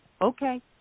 Okay